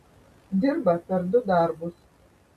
dirba per du darbus